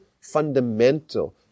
fundamental